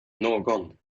någon